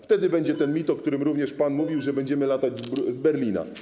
Wtedy ten mit, o którym również pan mówił - że będziemy latać z Berlina.